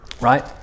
right